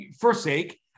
forsake